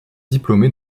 diplômé